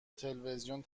تلویزیون